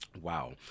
Wow